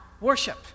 worship